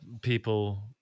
people